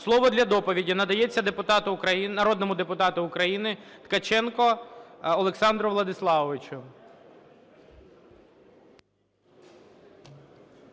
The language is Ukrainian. Слово для доповіді надається народному депутату Ткаченку Олександру Владиславовичу.